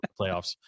playoffs